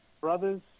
Brothers